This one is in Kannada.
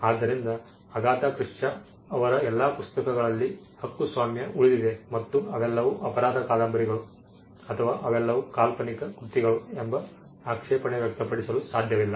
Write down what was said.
ಆದ್ದರಿಂದ ಅಗಾಥಾ ಕ್ರಿಸ್ಟಿಯ ಅವರ ಎಲ್ಲಾ ಪುಸ್ತಕಗಳಲ್ಲಿ ಹಕ್ಕುಸ್ವಾಮ್ಯ ಉಳಿದಿದೆ ಮತ್ತು ಅವೆಲ್ಲವೂ ಅಪರಾಧ ಕಾದಂಬರಿಗಳು ಅಥವಾ ಅವೆಲ್ಲವೂ ಕಾಲ್ಪನಿಕ ಕೃತಿಗಳು ಎಂಬ ಆಕ್ಷೇಪಣೆ ವ್ಯಕ್ತಪಡಿಸಲು ಸಾಧ್ಯವಿಲ್ಲ